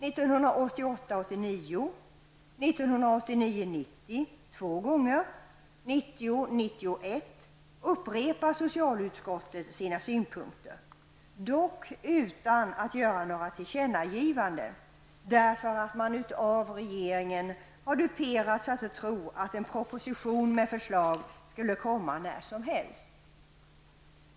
1988 90, två gånger och 1990/91 upprepar socialutskottet sina synpunkter -- dock utan att göra några tillkännagivanden, därför att man av regeringen har duperats att tro att en proposition med förslag skulle komma när som helst.